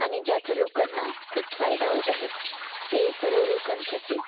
आणि ज्याचं लोकांना खूप फायदा होत आहे ते सर्व लोकांसाठी